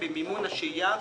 רן,